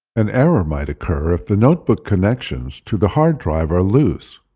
an error might occur if the notebook connections to the hard drive are loose.